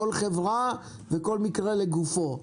כל חברה וכל מקרה לגופו.